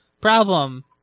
Problem